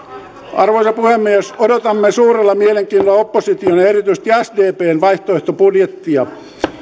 arvoisa puhemies odotamme suurella mielenkiinnolla opposition ja erityisesti sdpn vaihtoehtobudjettia